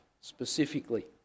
specifically